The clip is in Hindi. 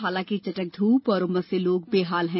हालांकि चटक ध्रप और उमस से लोग बेहाल है